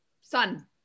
sun